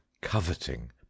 coveting